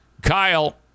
Kyle